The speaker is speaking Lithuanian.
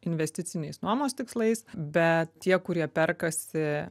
investiciniais nuomos tikslais bet tie kurie perkasi